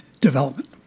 development